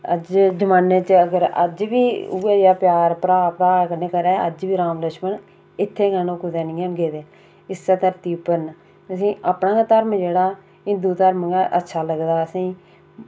अज्ज दे जमानै च अगर अज्ज बी उ'ऐ जेहा प्यार भ्राऽ भ्राऽ कन्नै करै अज्ज बी राम लक्ष्मण इत्थें गै न ओह् कुदै निं हैन गेदे इस्सै धरती उप्पर न असें ई अपना गै धर्म जेह्ड़ा हिंदु धर्म गै अच्छा लगदा असें ई